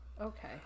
Okay